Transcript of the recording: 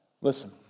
Listen